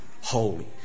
holy